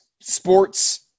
sports